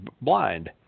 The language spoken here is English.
blind